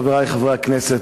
חברי חברי הכנסת,